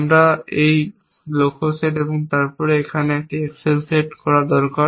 আমার এখানে একটি লক্ষ্য সেট এবং তারপরে এখানে একটি অ্যাকশন সেট করা দরকার